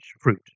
fruit